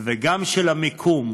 וגם של המיקום.